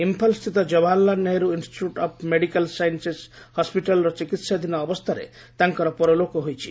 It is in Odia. ଇମ୍ଫାଲ୍ ସ୍ଥିତ Jawaharlal Nehru institute of medical sciences ହିିିଟାଲ୍ର ଚିକିହାଧୀନ ଅବସ୍ଥାରେ ତାଙ୍କର ପରଲୋକ ହୋଇଛି